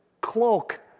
cloak